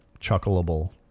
chuckleable